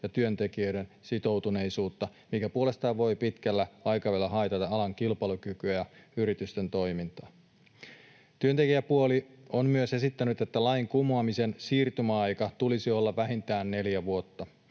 ja työntekijöiden sitoutuneisuutta, mikä puolestaan voi pitkällä aikavälillä haitata alan kilpailukykyä ja yritysten toimintaa. Työntekijäpuoli on myös esittänyt, että lain kumoamisen siirtymäajan tulisi olla vähintään neljä vuotta.